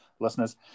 listeners